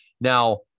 Now